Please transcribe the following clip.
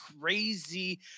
crazy